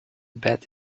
bat